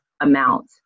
amount